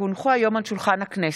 כי הונחו היום על שולחן הכנסת,